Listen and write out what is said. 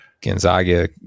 gonzaga